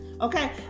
Okay